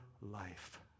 life